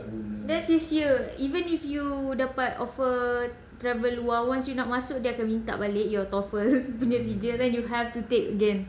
then sia-sia even if you dapat offer travel while once you nak masuk dia akan minta balik your TOEFL punya sijil then you have to take again